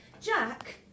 Jack